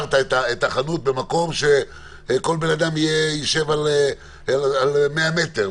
עצרת את החנות במקום שכל בן אדם יישב על 100 מטר,